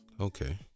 Okay